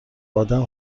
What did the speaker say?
آدم